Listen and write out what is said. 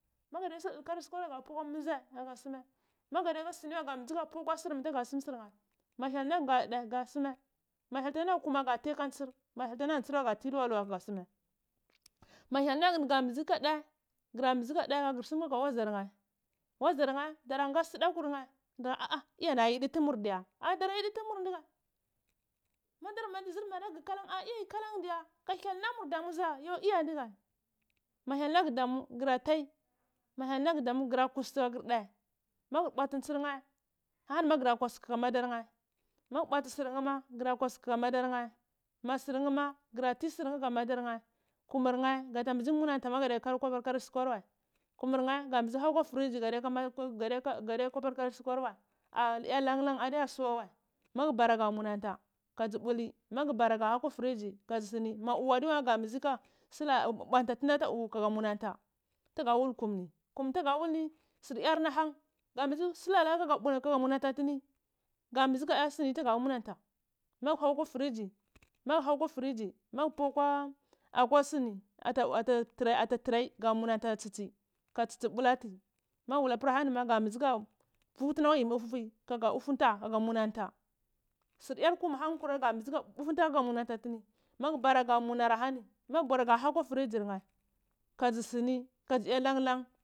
Magarisu kari sukar aga pu ahkwa miɗze aga suma magariɗa ka sini wa pu akwa sirni tiɗza suma surn ha mahyal naga ga sum ume ga suma ma hyal ta laga wa aga ti aka ntsir ma hyal ta laga wa aga ti aka ntsir ma nyal ta laga wa aga ti luwakwa aga suma ma hyel nhega ni ga mbige ka ɗho ka gur sum ka lea waziyar mka wazar nheh ɗarangha sida ɗatarna ga iya ni yiɗɗi tumur ɗiyar ah ɗara yidi tomur madar ma na zir ghu kalan ah iya yr kolanɗiya kka hyel na mu ɗamu diya tomur madar ma na zir nig hu kalan ah iya yr kalandiya ka hyel na my dau diya yi iya noiga ma hyel na gura kustir kagur ɗai ama gu bwatu ntsir nne ha ma gura kwasi kaka maɗar nhe ma kwasti sirnhe ma gu kusti kaka maddar nhe ma sir nhe ma gura tisurne aka maɗarne teumurne nga mbe mananta ma aga pu akwa kariri sukwar hamur nne nnga mbizi haw ahwa friji kaɗira ya ka karir sunwe wai a ya lan lanadiyasuwa wai magu bara ma ga munanta aagibuli magu bara ga bau aha friji kaɗji ya uni ma uha adi wa ma ga mbigi ka mbumtu tini ata uhu gaya munantar tuga wul ugu ni kum ni toga wull ni sir yar ni han ga mbiz ka munanta atini ga mbini ka munanta atini ga mbini kaya smi ha munanta lakur kwi friji loku havatta tayga munanta ata tsitsi ka tsitsi bulati mawwlapa hanima ga mbigi putini akwa yimi ufi ufi kapa ufunta haga munanta suryar kum hanharari nga mbizi upunta ka munar tini magu mbora ga munar ahani magubara ga hau akwa frijr nhen kaɗzi sini ha ɗziya lan-lan